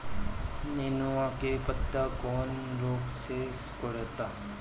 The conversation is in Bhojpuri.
नेनुआ के पत्ते कौने रोग से सिकुड़ता?